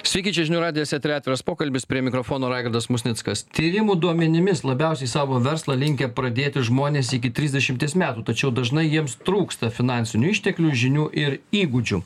sveiki čia žinių radijas etery atviras pokalbis prie mikrofono raigardas musnickas tyrimų duomenimis labiausiai savo verslą linkę pradėti žmonės iki trisdešimties metų tačiau dažnai jiems trūksta finansinių išteklių žinių ir įgūdžių